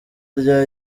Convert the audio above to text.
rya